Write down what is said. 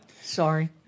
Sorry